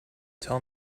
tell